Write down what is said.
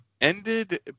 ended